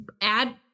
add